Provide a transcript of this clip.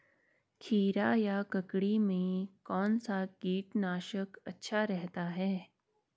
खीरा या ककड़ी में कौन सा कीटनाशक अच्छा रहता है?